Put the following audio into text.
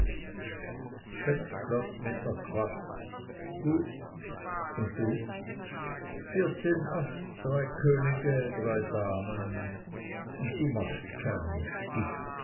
sechs blatt mit ner quart gut und du vierzehn as drei könige drei damen und du machst keinen stich